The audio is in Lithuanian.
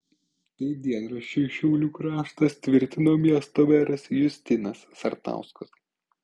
tai dienraščiui šiaulių kraštas tvirtino miesto meras justinas sartauskas